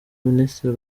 ministre